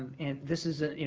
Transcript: and this is ah